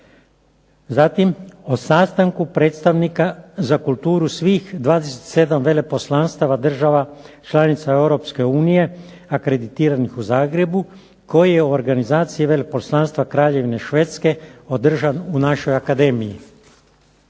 Zatim o sastanku predstavnika za kulturu svih 27 veleposlanstava država članica Europske unije akreditiranih u Zagrebu koji je u organizaciji veleposlanstva Kraljevine Švedske održan u našoj akademiji.